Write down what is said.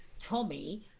Tommy